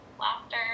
laughter